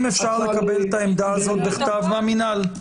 אפשר לקבל את העמדה הזו בכתב מהמינהל?